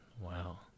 Wow